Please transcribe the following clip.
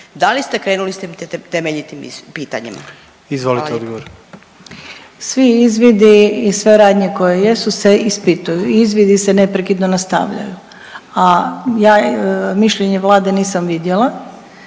Izvolite odgovor. **Hrvoj-Šipek, Zlata** Svi izvidi i sve radnje koje jesu se ispituju. Izvidi se neprekidno nastavljaju, a ja mišljenje Vlade nisam vidjela.